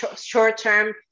short-term